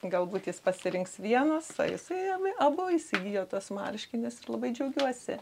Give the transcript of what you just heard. galbūt jis pasirinks vienus o jisai abu įsigijo tuos marškinius ir labai džiaugiuosi